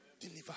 Deliver